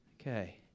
Okay